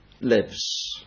lives